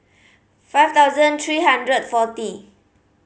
five thousand three hundred forty